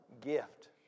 gift